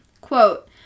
Quote